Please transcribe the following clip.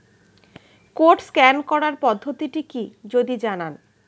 Code scan করার পদ্ধতিটি কি যদি জানান?